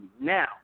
now